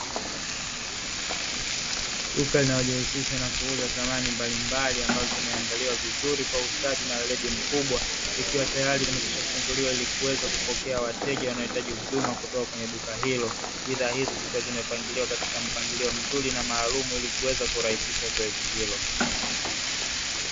Duka linalojihusisha na kuuza samani mbali mbali ambazo zimeandaliwa vizuri kwa ustadi na uweledi mkubwa, likiwa tayari limekwishafunguliwa ili kuweza kupokea wateja wanaohitaji huduma kutoka kwenye duka hilo. Bidhaa hizo zikiwa zimepangiliwa katika mpangilio mzuri na maaalumu ili kuweza kurahisisha zoezi hilo.